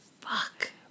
Fuck